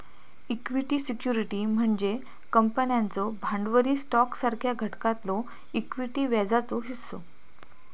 equity security म्हणजे कंपन्यांचो भांडवली स्टॉकसारख्या घटकातलो इक्विटी व्याजाचो हिस्सो